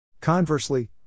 Conversely